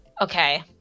Okay